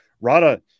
Rada